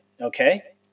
okay